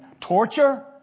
torture